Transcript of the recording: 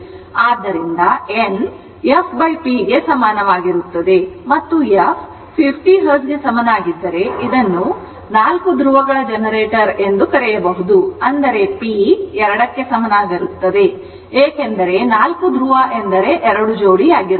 ಆದ್ದರಿಂದ n f p ಗೆ ಸಮನಾಗಿರುತ್ತದೆ ಮತ್ತು f 50 Hertz ಗೆ ಸಮನಾಗಿದ್ದರೆ ಮತ್ತು ಇದನ್ನು 4 ಧ್ರುವಗಳ ಜನರೇಟರ್ ಎಂದು ಕರೆಯುವುದು ಅಂದರೆ p 2 ಕ್ಕೆ ಸಮನಾಗಿರುತ್ತದೆ ಏಕೆಂದರೆ ಅದು ನಾಲ್ಕು ಧ್ರುವ ಎಂದರೆ 2 ಜೋಡಿ ಆಗಿರುತ್ತದೆ